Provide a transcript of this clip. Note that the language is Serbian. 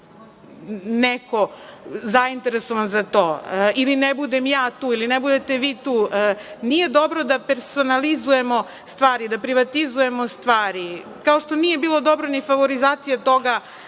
neko zainteresovan za to ili ne budem ja tu ili ne budete vi tu? Nije dobro da personalizujemo stvari, da privatizujemo stvari, kao što nije bilo dobro ni favorizacija toga